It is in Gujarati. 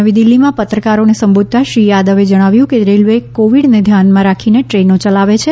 નવી દિલ્હીમાં પત્રકારોને સંબોધતાં શ્રી યાદવે જણાવ્યું કે રેલવે કોવિડને ધ્યાનમાં રાખીને ટ્રેનો ચલાવે છે